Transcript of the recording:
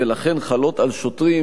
ולכן הן חלות על שוטרים,